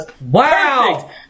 Wow